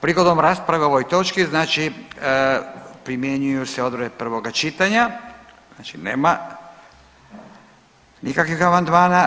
Prigodom rasprave o ovoj točki znači primjenjuju se odredbe prvoga čitanja znači nema nikakvih amandmana.